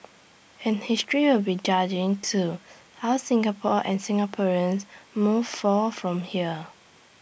and history will be judging too how Singapore and Singaporeans move forth from here